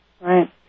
Right